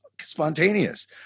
spontaneous